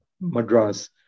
Madras